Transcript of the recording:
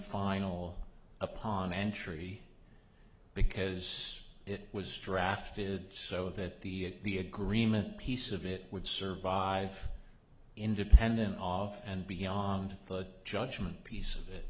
final upon entry because it was drafted so that the the agreement piece of it would serve vive independent of and beyond the judgment piece of it